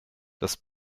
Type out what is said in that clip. das